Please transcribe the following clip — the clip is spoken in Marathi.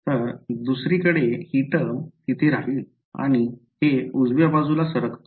तर दुसरीकडे ही टर्म तिथे राहील आणि हे उजव्या बाजूला सरकतो